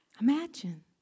Imagine